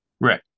Right